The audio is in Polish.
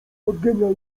genial